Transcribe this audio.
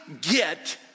get